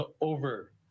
over